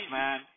man